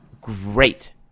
great